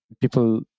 people